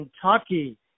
Kentucky